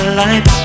life